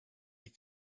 die